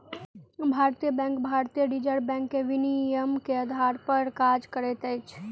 भारतीय बैंक भारतीय reserve bank के विनियमन के आधार पर काज करैत अछि